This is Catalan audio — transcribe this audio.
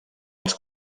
els